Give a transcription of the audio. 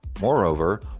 Moreover